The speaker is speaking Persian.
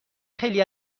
خیلی